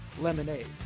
lemonade